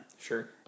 Sure